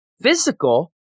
physical